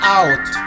out